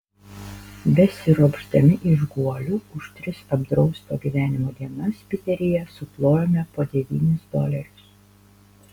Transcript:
besiropšdami iš guolių už tris apdrausto gyvenimo dienas piteryje suplojome po devynis dolerius